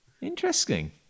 Interesting